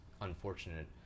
unfortunate